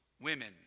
women